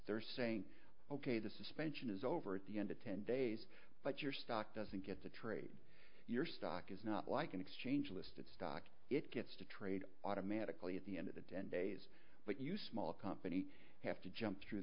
they're saying ok the suspension is over at the end of ten days but your stock doesn't get to trade your stock is not like an exchange listed stock it gets to trade automatically at the end of the day and days but you small company have to jump through